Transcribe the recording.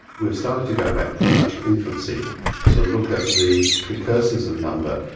we've started to go back pretty much to infancy to look at the precursors of number.